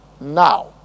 now